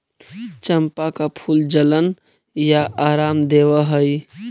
चंपा का फूल जलन में आराम देवअ हई